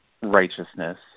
righteousness